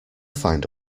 find